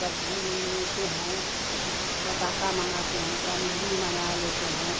सब घी ऊ लेते हैं बतासा मँगाते हैं सामग्री मँगा लेते हैं